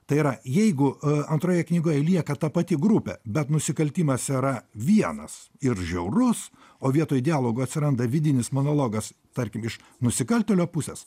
tai yra jeigu antroje knygoje lieka ta pati grupė bet nusikaltimas yra vienas ir žiaurus o vietoj dialogo atsiranda vidinis monologas tarkim iš nusikaltėlio pusės